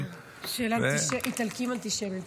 של איטלקים אנטישמיים.